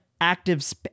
active